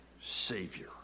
Savior